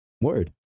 Word